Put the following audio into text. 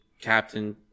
captain